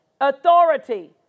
authority